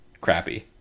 crappy